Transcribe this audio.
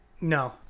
No